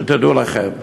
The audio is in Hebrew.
שתדעו לכם.